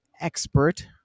expert